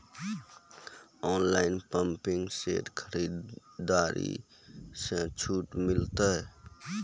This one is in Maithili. ऑनलाइन पंपिंग सेट खरीदारी मे छूट मिलता?